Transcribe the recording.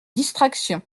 distraction